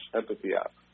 empathyapp